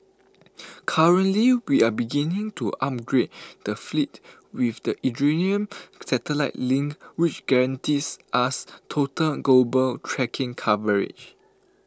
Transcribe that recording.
currently we are beginning to upgrade the fleet with the Iridium satellite link which guarantees us total global tracking coverage